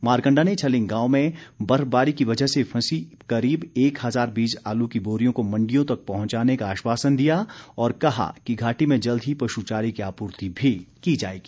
मारकंडा ने छलिंग गांव में बर्फबारी की वजह से फंसी करीब एक हज़ार बीज आलू की बोरियों को मंडियो तक पहुंचाने का आश्वासन दिया और कहा कि घाटी में जल्द ही पशुचारे की आपूर्ति भी की जाएगी